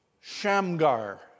Shamgar